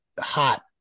hot